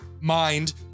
mind